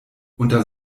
unter